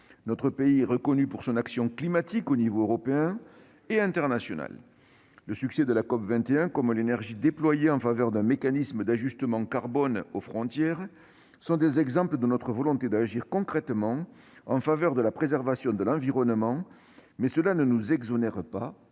Notre pays est reconnu pour son action climatique à l'échelon européen et international. Le succès de la COP21 comme l'énergie déployée en faveur d'un mécanisme d'ajustement carbone aux frontières sont des exemples de notre volonté d'agir concrètement en faveur de la préservation de l'environnement, mais cela ne nous exonère pas